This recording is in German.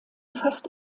fast